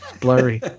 blurry